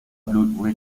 blue